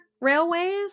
railways